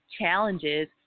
challenges